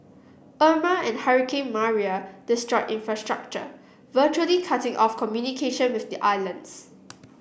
Irma and hurricane Maria destroy infrastructure virtually cutting off communication with the islands